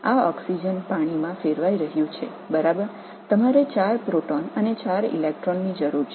இது ஆக்ஸிஜன் தண்ணீராக மாற்றப்படுகிறது 4 புரோட்டான் மற்றும் 4 எலக்ட்ரான் தேவை